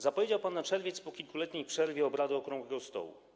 Zapowiedział pan na czerwiec po kilkuletniej przerwie obrady okrągłego stołu.